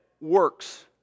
works